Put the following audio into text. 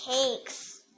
cakes